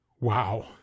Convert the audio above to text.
Wow